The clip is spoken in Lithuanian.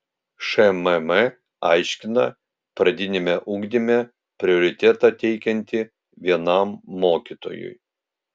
šmm aiškina pradiniame ugdyme prioritetą teikianti vienam mokytojui